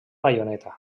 baioneta